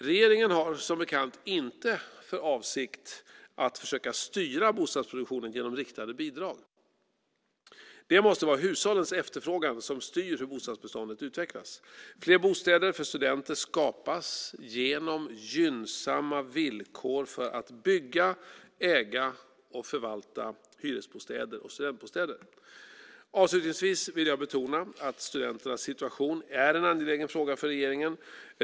Regeringen har som bekant inte för avsikt att försöka styra bostadsproduktionen genom riktade bidrag. Det måste vara hushållens efterfrågan som styr hur bostadsbeståndet utvecklas. Fler bostäder för studenter skapas genom gynnsamma villkor för att bygga, äga och förvalta hyresbostäder och studentbostäder. Avslutningsvis vill jag betona att studenternas situation är en angelägen fråga för regeringen.